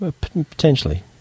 potentially